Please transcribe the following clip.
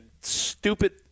stupid